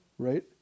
right